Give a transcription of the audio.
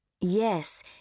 Yes